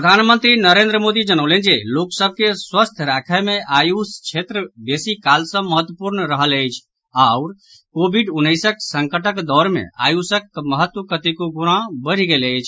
प्रधानमंत्री नरेन्द्र मोदी जनौलनि जे लोक सभ के स्वस्थ्य राखय मे आयुष क्षेत्र बेसी काल सँ महत्वपूर्ण रहल अछि आओर कोविड उन्नैसक संकटक दौर मे आयुषक महत्व कतेको गुना बढ़ि गेल अछि